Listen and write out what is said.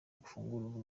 gufungura